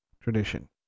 tradition